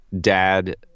dad